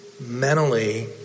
mentally